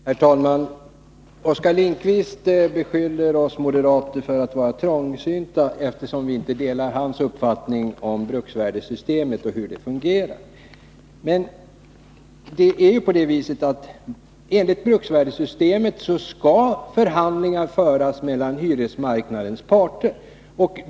Herr talman! Oskar Lindkvist beskyller oss moderater för att vara trångsynta eftersom vi inte delar hans uppfattning om hur bruksvärdessys temet fungerar. Men enligt bruksvärdessystemet skall förhandlingar föras Nr 52 mellan hyresmarknadens parter.